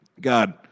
God